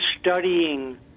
studying